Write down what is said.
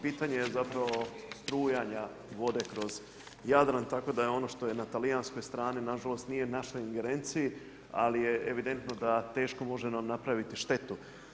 Pitanje je zapravo strujanja vode kroz Jadran, tako da je ono što je na talijanskoj strani, nažalost, nije u našoj ingerenciji, ali je evidentno da teško može nam napraviti štetu.